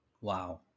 Wow